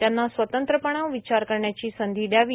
त्यांना स्वतंत्रपणे विचार करण्याची संधी दयावी